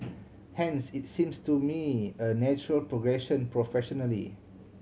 hence it seems to me a natural progression professionally